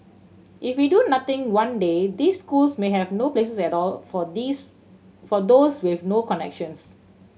if we do nothing one day these schools may have no places at all for these for those with no connections